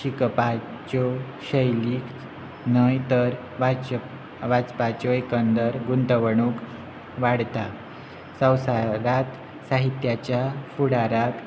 शिकपाच्यो शैलीक न्हय तर वाचपाच्यो एकंदर गुंतवणूक वाडता संवसारांत साहित्याच्या फुडाराक